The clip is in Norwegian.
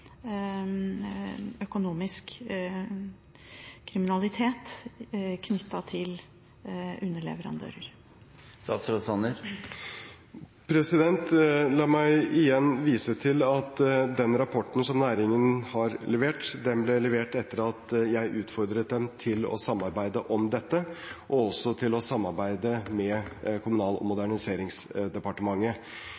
økonomisk kriminalitet knyttet til underleverandør. La meg igjen vise til at den rapporten som næringen har levert, ble levert etter at jeg utfordret den til å samarbeide om dette, og også til å samarbeide med Kommunal- og moderniseringsdepartementet.